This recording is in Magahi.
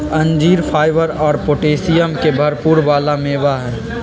अंजीर फाइबर और पोटैशियम के भरपुर वाला मेवा हई